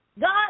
God